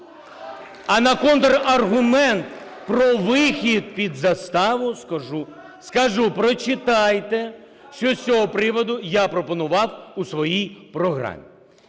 А на контраргумент про вихід під заставу скажу, прочитайте, що з цього приводу я пропонував у своїй програмі.